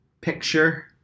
Picture